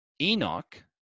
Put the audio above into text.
Enoch